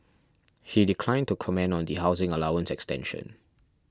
he declined to comment on the housing allowance extension